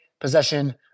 possession